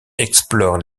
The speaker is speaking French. explore